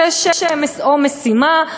ויש משימה,